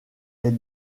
est